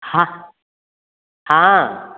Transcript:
हँ हँ